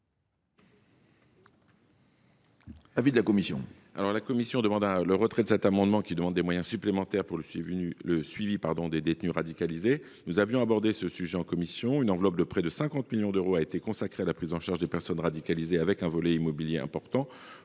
La commission sollicite le retrait de cet amendement, qui tend à allouer des moyens supplémentaires au suivi des détenus radicalisés. Nous avions abordé ce sujet en commission. Une enveloppe de près de 50 millions d’euros a été consacrée à la prise en charge des personnes radicalisées, avec un volet immobilier important